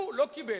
והוא לא קיבל,